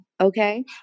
Okay